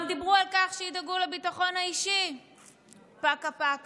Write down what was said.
גם דיברו על כך שידאגו לביטחון האישי, פקה-פקה.